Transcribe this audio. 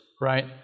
right